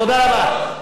תודה רבה.